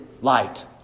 light